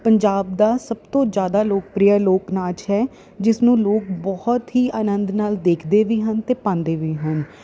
ਪੰਜਾਬ ਦਾ ਸਭ ਤੋਂ ਜ਼ਿਆਦਾ ਲੋਕਪ੍ਰਿਯ ਲੋਕ ਨਾਚ ਹੈ ਜਿਸ ਨੂੰ ਲੋਕ ਬਹੁਤ ਹੀ ਆਨੰਦ ਨਾਲ ਦੇਖਦੇ ਵੀ ਹਨ ਅਤੇ ਪਾਉਂਦੇ ਵੀ ਹਨ